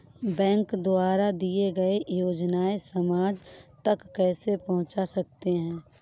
Bank द्वारा दिए गए योजनाएँ समाज तक कैसे पहुँच सकते हैं?